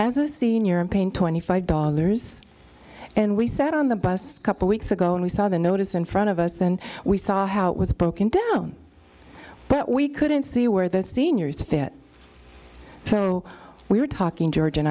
as a senior and paying twenty five dollars and we sat on the bus couple weeks ago and we saw the notice in front of us then we saw how it was broken down but we couldn't see where the seniors fit so we were talking george and